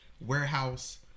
warehouse